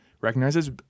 recognizes